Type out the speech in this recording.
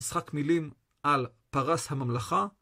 משחק מילים על פרס הממלכה